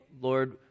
Lord